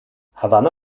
havanna